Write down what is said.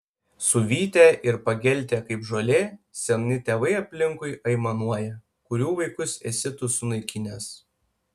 suvytę ir pageltę kaip žolė seni tėvai aplinkui aimanuoja kurių vaikus esi tu sunaikinęs